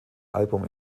album